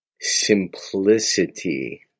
Simplicity